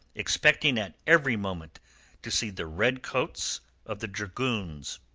expecting at every moment to see the red coats of the dragoons.